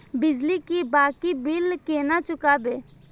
बिजली की बाकी बील केना चूकेबे?